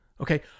Okay